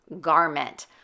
Garment